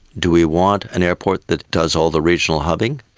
do we want an airport that does all the regional hubbing?